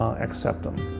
accept them.